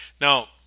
Now